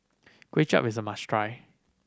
Kuay Chap is a must try